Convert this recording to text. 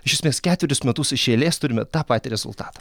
iš esmės ketverius metus iš eilės turime tą patį rezultatą